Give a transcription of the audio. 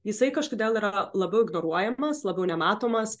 jisai kažkodėl yra labiau ignoruojamas labiau nematomas